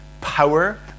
power